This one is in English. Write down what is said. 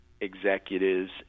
executives